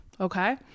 okay